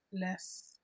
less